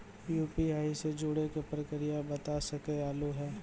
UPI से जुड़े के प्रक्रिया बता सके आलू है?